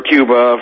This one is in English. Cuba